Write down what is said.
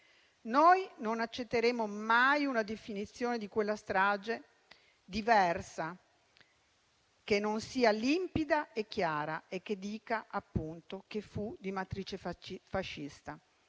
Noi non accetteremo mai una definizione diversa di quella strage, che non sia limpida e chiara e che non dica che fu di matrice fascista.